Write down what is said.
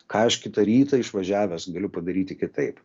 ką aš kitą rytą išvažiavęs galiu padaryti kitaip